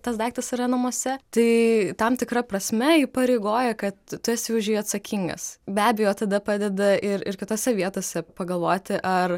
tas daiktas yra namuose tai tam tikra prasme įpareigoja kad tu esi už jį atsakingas be abejo tada padeda ir ir kitose vietose pagalvoti ar